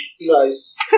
Nice